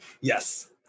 Yes